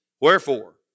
Wherefore